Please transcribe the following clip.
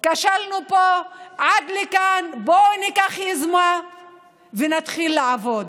כשלנו פה, עד לכאן, בואו ניקח יוזמה ונתחיל לעבוד.